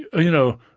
you know,